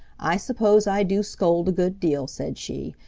i suppose i do scold a good deal, said she,